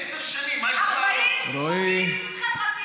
עשר שנים, מה, 40 חוקים חברתיים אני העברתי.